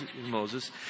Moses